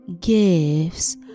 gifts